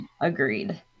Agreed